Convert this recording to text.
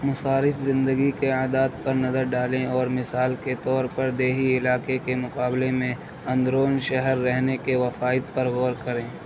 مصارف زندگی کے اعداد پر نظر ڈالیں اور مثال کے طور پر دیہی علاقے کے مقابلے میں اندرون شہر رہنے کے وفائد پر غور کریں